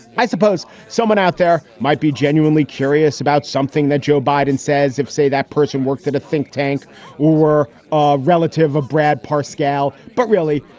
i suppose someone out there might be genuinely curious about something that joe biden says if, say, that person worked at a think tank or were ah relative, a brad parr scale. but really,